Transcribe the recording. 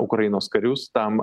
ukrainos karius tam